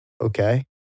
okay